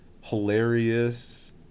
hilarious